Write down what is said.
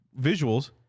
Visuals